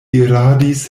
iradis